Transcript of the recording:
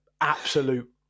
absolute